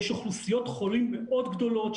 יש אוכלוסיות חולים מאוד גדולות,